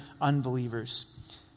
unbelievers